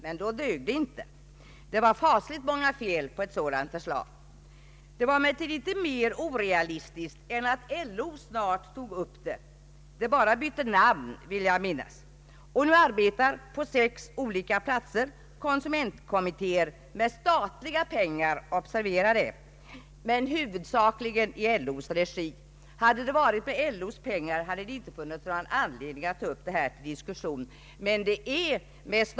Men då dög det inte; det var fasligt många fel på ett sådant förslag. Det var emellertid inte mer orealistiskt än att LO snart tog upp det — det bara bytte namn vill jag minnas. Och nu arbetar på sex olika platser konsumentkommittéer med statliga pengar men huvudsakligen i LO:s regi. Om de arbetat med enbart LO:s pengar, hade det inte funnits någon anledning att ta upp saken till diskussion här.